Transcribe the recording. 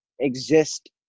exist